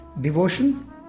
devotion